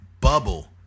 bubble